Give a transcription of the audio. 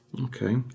Okay